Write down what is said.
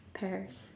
pears